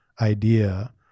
idea